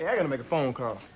yeah gotta make a phone call.